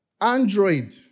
Android